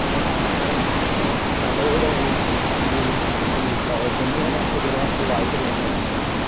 സംസ്കാരം തകഴിയുടെ ചെമ്മിൻ എന്ന പുസ്തകത്തിലൂടെ നമുക്ക് വായിച്ചെടുക്കാൻ സാധിക്കുന്നതാണ്